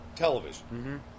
television